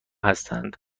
هستند